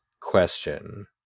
question